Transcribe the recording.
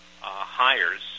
hires